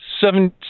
Seven